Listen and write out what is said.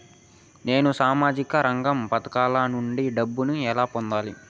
నేను సామాజిక రంగ పథకాల నుండి డబ్బుని ఎలా పొందాలి?